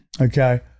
Okay